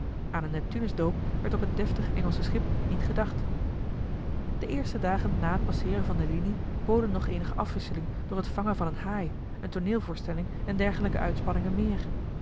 aan een neptunusdoop werd op het deftige engelsche schip niet gedacht de eerste dagen na het passeeren van de linie boden nog eenige afwisseling door het vangen van een haai eene tooneelvoorstelling en dergelijke uitspanningen meer